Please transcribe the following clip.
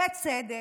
בצדק.